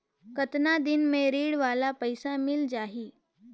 कतना दिन मे ऋण वाला पइसा मिल जाहि?